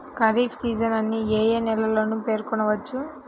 Kharif season అని ఏ ఏ నెలలను పేర్కొనవచ్చు?